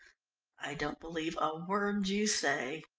i don't believe a word you say.